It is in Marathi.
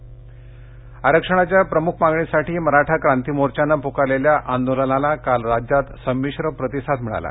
मराठा आंदोलन आरक्षणाच्या प्रमुख मागणीसाठी मराठा क्रांती मोर्चानं पुकारलेल्या आंदोलनाला काल राज्यात संमिश्र प्रतिसाद मिळाला